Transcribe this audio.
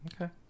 Okay